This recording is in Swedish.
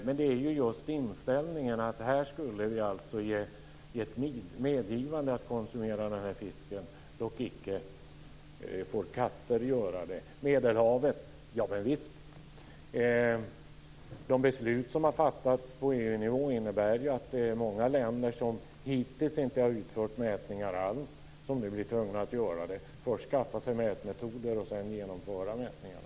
Men det är just inställningen att vi skulle ge ett medgivande att konsumera fisken. Dock skulle icke katter få göra det. Visst ska man mäta i Medelhavet. De beslut som har fattats på EU-nivå innebär att många länder som hittills inte har utfört några mätningar alls blir nu tvungna att göra det. Först ska de skaffa sig mätmetoder och sedan genomföra mätningarna.